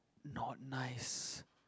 not nice